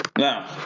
Now